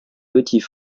petits